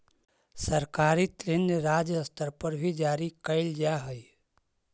सरकारी ऋण राज्य स्तर पर भी जारी कैल जा हई